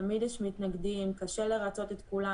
תמיד יש מתנגדים וקשה לרצות את כולם.